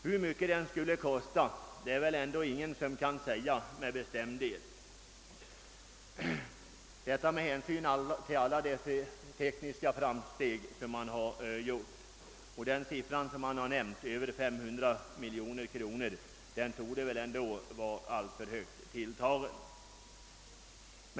Hur mycket den skulle komma att kosta kan ingen, med hänsyn till alla de tekniska framsteg som gjorts, med bestämdhet säga. Den siffra som nämnts — över 500 miljoner kronor — torde ändå vara alltför högt tilltagen.